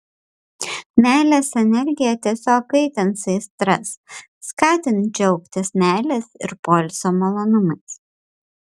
meilės energija tiesiog kaitins aistras skatins džiaugtis meilės ir poilsio malonumais